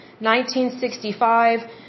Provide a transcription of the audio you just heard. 1965